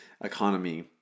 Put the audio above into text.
economy